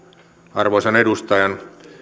arvoisan edustajan kanssa siitä